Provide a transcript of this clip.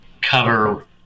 cover